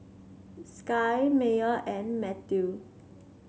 Sky Meyer and Mathew